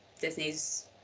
Disney's